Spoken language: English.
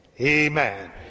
Amen